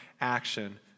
action